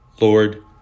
Lord